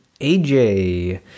AJ